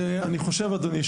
ואדוני,